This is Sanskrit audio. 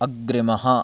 अग्रिमः